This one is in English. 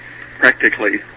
practically